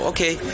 Okay